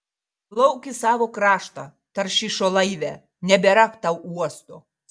plauk į savo kraštą taršišo laive nebėra tau uosto